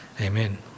Amen